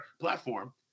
platform